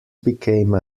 became